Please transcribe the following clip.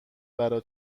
برا